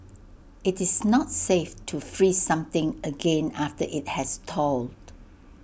IT is not safe to freeze something again after IT has thawed